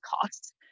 costs